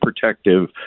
protective